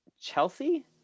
chelsea